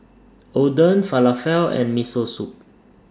Oden Falafel and Miso Soup